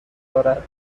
دارد